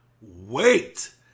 wait